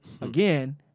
again